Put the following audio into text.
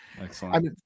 Excellent